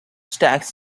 stacks